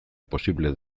posible